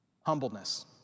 Humbleness